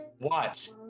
Watch